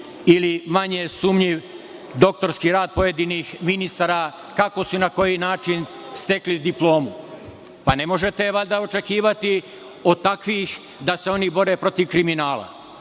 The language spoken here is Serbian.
ili manje sumnjiv doktorski rad pojedinih ministara, kako su i na koji način stekli diplomu. Ne možete valjda očekivati od takvih da se oni bore protiv kriminala. Mi